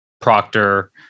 Proctor